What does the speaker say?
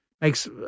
makes